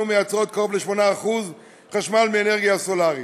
ומייצרות קרוב ל-8% חשמל מאנרגיה סולרית,